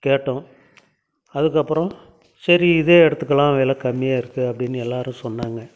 கேட்டோம் அதற்கப்பறம் சரி இதே எடுத்துக்கலாம் வில கம்மியாக இருக்கு அப்படினு எல்லாரும் சொன்னாங்க